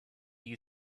you